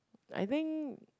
I think